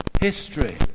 history